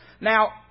Now